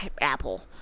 Apple